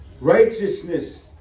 Righteousness